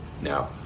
now